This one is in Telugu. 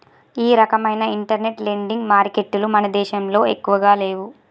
ఈ రకవైన ఇంటర్నెట్ లెండింగ్ మారికెట్టులు మన దేశంలో ఎక్కువగా లేవు